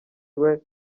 umwe